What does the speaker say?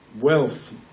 wealth